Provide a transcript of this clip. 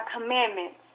commandments